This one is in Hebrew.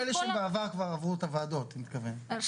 אלה שבעבר כבר עברו את הוועדות היא מתכוונת.